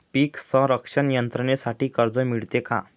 पीक संरक्षण यंत्रणेसाठी कर्ज मिळते का?